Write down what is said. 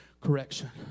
correction